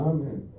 Amen